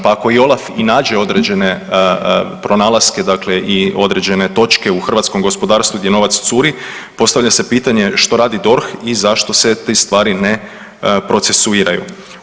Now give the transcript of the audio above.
Pa ako i OLAF nađe određene pronalaske dakle i određene točke u hrvatskom gospodarstvu gdje novac curi postavlja se pitanje što radi DORH i zašto se te stvari ne procesuiraju.